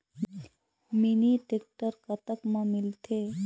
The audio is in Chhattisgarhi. मिनी टेक्टर कतक म मिलथे?